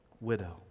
widow